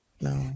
no